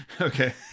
okay